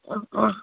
অঁ অঁ